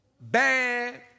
bad